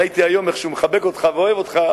ראיתי היום איך שהוא מחבק אותך ואוהב אותך.